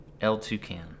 L2CAN